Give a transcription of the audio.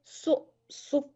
su su